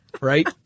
Right